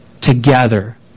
together